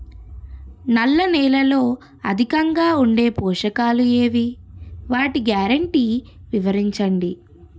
నల్ల నేలలో అధికంగా ఉండే పోషకాలు ఏవి? వాటి గ్యారంటీ వివరించండి?